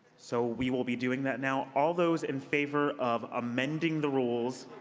so we will be doing that now. all those in favor of amending the rules,